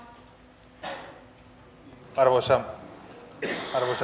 arvoisa puhemies